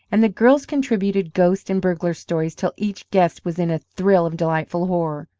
and the girls contributed ghost and burglar stories till each guest was in a thrill of delightful horror.